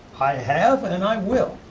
i have and i will.